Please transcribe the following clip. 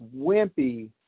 wimpy